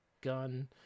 gun